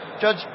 Judge